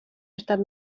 estat